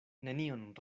nenion